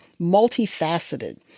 multifaceted